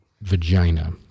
vagina